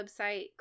website